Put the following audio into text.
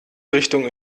richtung